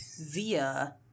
Via